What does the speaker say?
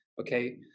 okay